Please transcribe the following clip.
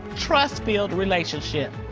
trust-filled relationship.